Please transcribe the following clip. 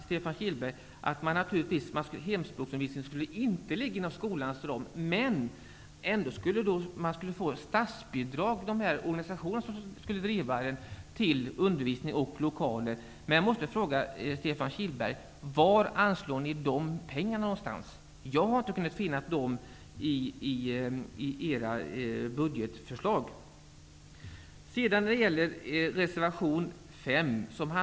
Stefan Kihlberg sade att hemspråksundervisningen inte skulle ligga inom skolans ram, men att de organisationer som skulle driva den skulle få statsbidrag till undervisning och lokaler. Jag måste fråga Stefan Kihlberg: Var anslår ni dessa pengar någonstans? Jag har inte kunnat finna dem i era budgetförslag.